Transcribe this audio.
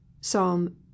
Psalm